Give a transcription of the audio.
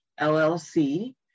LLC